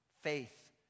faith